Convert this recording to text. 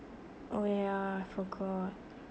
oh yeah I forgot